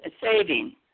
saving